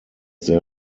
sehr